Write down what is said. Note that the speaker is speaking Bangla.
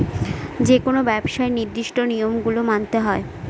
যেকোনো ব্যবসায় নির্দিষ্ট নিয়ম গুলো মানতে হয়